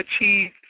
achieve